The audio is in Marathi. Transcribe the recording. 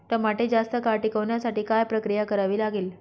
टमाटे जास्त काळ टिकवण्यासाठी काय प्रक्रिया करावी लागेल?